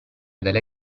delle